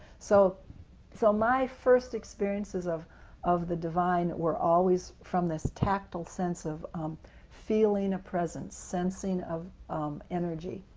so so my first experiences of of the divine were always from this tactile sense of feeling a presence, sensing of energy.